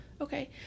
okay